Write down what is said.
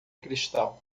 cristal